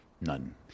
None